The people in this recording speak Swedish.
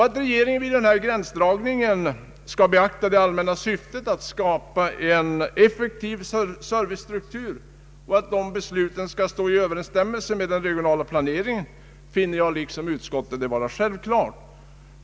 Att regeringen vid denna gränsdragning skall beakta det allmänna syftet att skapa en effektiv servicestruktur och att dessa beslut skall stå i överensstämmelse med den regionala planeringen finner jag liksom utskottet vara självklar.